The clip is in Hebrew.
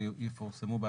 61,